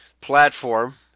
platform